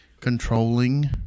controlling